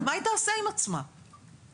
בבקשה, פרופ' גיל זלצמן.